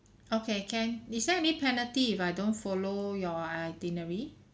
okay can is there any penalty if I don't follow your itinerary